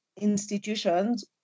institutions